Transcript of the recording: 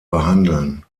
behandeln